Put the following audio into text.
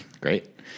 Great